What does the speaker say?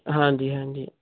ਹਾਂਜੀ ਹਾਂਜੀ